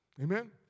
Amen